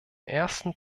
ersten